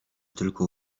tylko